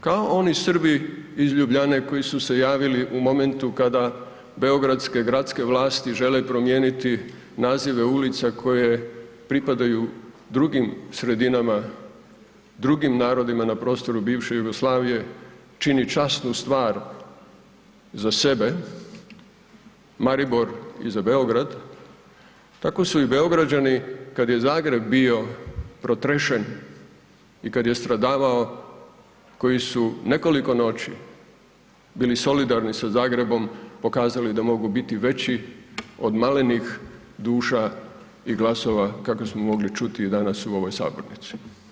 Znate kao oni Srbi iz Ljubljane koji su se javili u momentu kada beogradske gradske vlasti žele promijeniti nazive ulica koje pripadaju drugim sredinama, drugim narodima na prostoru bivše Jugoslavije, čini časnu stvar za sebe Maribor i za Beograd, tako su i Beograđani kad je Zagreb bio protrešen i kad je stradavao koji su nekoliko noći bili solidarni sa Zagrebom pokazali da mogu biti veći od malenih duša i glasova kakve smo mogli čuti i danas u ovoj sabornici.